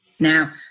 Now